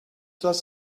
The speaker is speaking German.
das